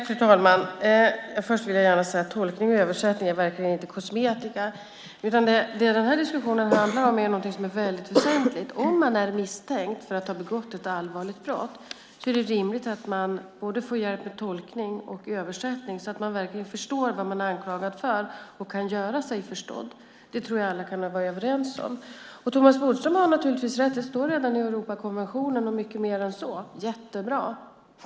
Fru talman! Tolkning och översättning är verkligen inte kosmetika. Den här diskussionen handlar om något väsentligt, nämligen att om man är misstänkt för att ha begått ett allvarligt brott är det rimligt att man får hjälp med både tolkning och översättning så att man verkligen förstår vad man är anklagad för och kan göra sig förstådd. Det kan alla vara överens om. Thomas Bodström har naturligtvis rätt att detta redan står med i Europakonventionen - och mycket mer än så. Det är jättebra.